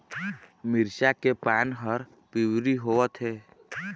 मिरचा के पान हर पिवरी होवथे?